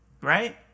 right